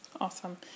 awesome